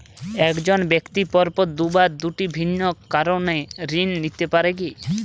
এক জন ব্যক্তি পরপর দুবার দুটি ভিন্ন কারণে ঋণ নিতে পারে কী?